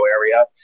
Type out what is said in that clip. area